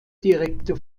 direkte